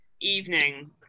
evening